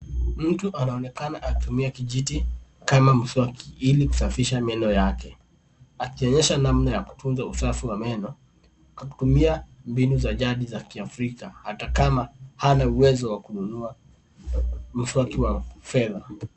Mtu anaonekana akitumia kijiti kama mswaki, ili kusafisha meno yake, akionyesha namna ya kutunza usafi wa meno, kwa kutumia mbinu za jadi za kiafrika, hata kama hana uwezo wa kununua mswaki wa fedha.